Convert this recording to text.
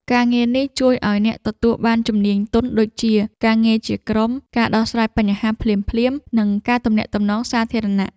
ការងារនេះជួយឱ្យអ្នកទទួលបានជំនាញទន់ ដូចជា ការងារជាក្រុម ការដោះស្រាយបញ្ហាភ្លាមៗ និងការទំនាក់ទំនងសាធារណៈ។